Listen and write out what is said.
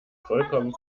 vollkommen